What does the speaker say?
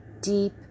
deep